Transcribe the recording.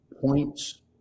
points